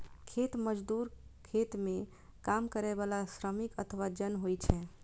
खेत मजदूर खेत मे काम करै बला श्रमिक अथवा जन होइ छै